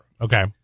Okay